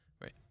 right